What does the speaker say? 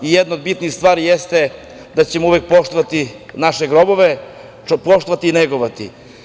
Jedna od bitnih stvari jeste da ćemo uvek poštovati naše grobove, poštovati i negovati.